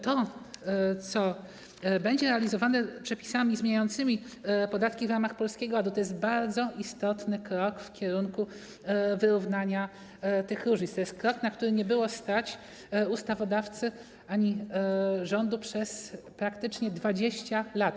To, co będzie realizowane przepisami zmieniającymi podatki w ramach Polskiego Ładu, to jest bardzo istotny krok w kierunku wyrównania tych różnic, to jest krok, na który nie było stać ustawodawcy ani rządu przez praktycznie 20 lat.